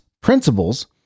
principles